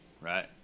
right